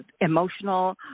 emotional